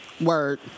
Word